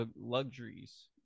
luxuries